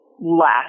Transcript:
last